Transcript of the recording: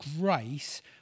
grace